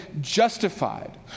justified